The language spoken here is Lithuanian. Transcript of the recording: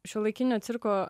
šiuolaikinio cirko